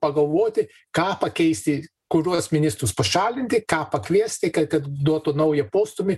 pagalvoti ką pakeisti kuriuos ministrus pašalinti ką pakviesti kad duotų naują postūmį